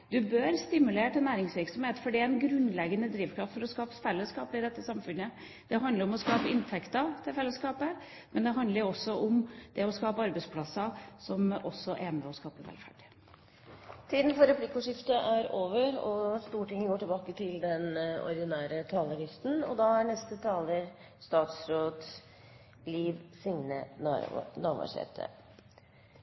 Du bør stimulere til næringsvirksomhet, for det er en grunnleggende drivkraft for å skape fellesskap i dette samfunnet. Det handler om å skape inntekter til fellesskapet, men det handler også om å skape arbeidsplasser, som også er med på å skape velferd. Replikkordskiftet er omme. Det er ein viktig debatt som går